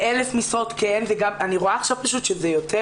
אני רואה עכשיו שזה יותר,